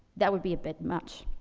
that would be a bit much.